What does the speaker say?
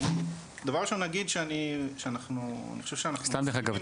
דבר ראשון נגיד שאנחנו --- סתם דרך אגב,